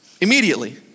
Immediately